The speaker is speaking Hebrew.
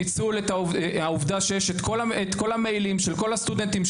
ניצול העובדה שיש את כל המיילים של כל הסטודנטים,